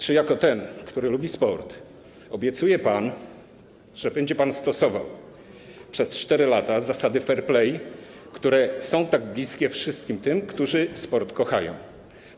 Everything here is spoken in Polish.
Czy jako ten, który lubi sport, obiecuje pan, że będzie pan stosował przez 4 lata zasady fair play, które są tak bliskie wszystkim tym, którzy kochają sport?